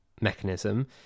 mechanism